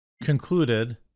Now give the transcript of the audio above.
concluded